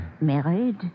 Married